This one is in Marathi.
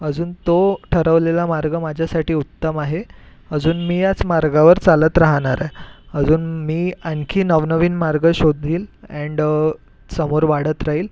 अजून तो ठरवलेला मार्ग माझ्यासाठी उत्तम आहे अजून मी याच मार्गावर चालत राहणार आहे अजून मी आणखी नवनवीन मार्ग शोधील अँड समोर वाढत राहील